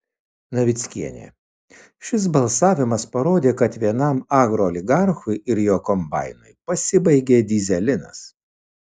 navickienė šis balsavimas parodė kad vienam agrooligarchui ir jo kombainui pasibaigė dyzelinas